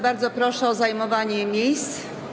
Bardzo proszę o zajmowanie miejsc.